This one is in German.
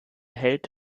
held